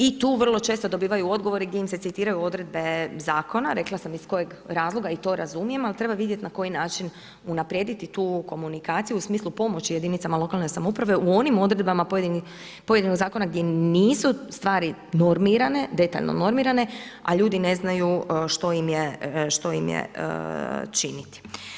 I tu vrlo često dobivaju odgovore gdje im se citiraju odredbe zakona, rekla sam iz kojeg razloga i to razumijem, ali treba vidjeti na koji način unaprijediti tu komunikaciju u smislu pomoći jedinicama lokalne samouprave u onim odredbama pojedinog zakona gdje nisu stvari detaljno normirane, a ljudi ne znaju što im je činiti.